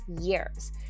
years